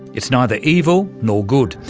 it's neither evil nor good,